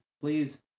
Please